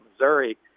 Missouri